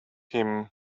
him